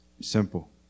Simple